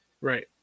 Right